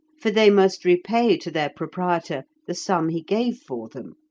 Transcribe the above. for they must repay to their proprietor the sum he gave for them,